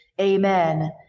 amen